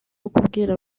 ukubwira